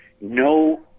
no